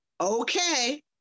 okay